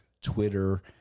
Twitter